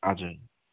हजुर